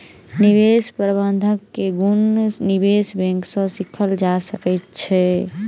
निवेश प्रबंधन के गुण निवेश बैंक सॅ सीखल जा सकै छै